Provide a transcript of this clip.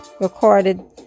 recorded